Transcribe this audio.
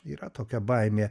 yra tokia baimė